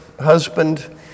husband